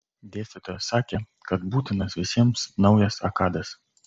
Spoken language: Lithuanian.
dėstytojas sakė kad būtinas visiems naujas akadas